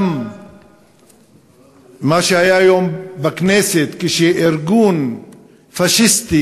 גם מה שהיה היום בכנסת כשארגון פאשיסטי,